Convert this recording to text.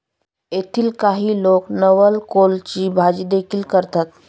येथील काही लोक नवलकोलची भाजीदेखील करतात